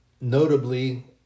notably